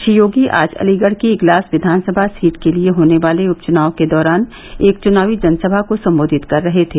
श्री योगी आज अलीगढ़ की इगलास विधानसभा सीट के लिए होने वाले उपचुनाव के दौरान एक चुनावी जनसभा को संबोधित कर रहे थे